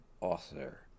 author